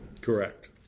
Correct